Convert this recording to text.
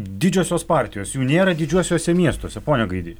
didžiosios partijos jų nėra didžiuosiuose miestuose pone gaidy